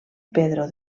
pedro